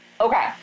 Okay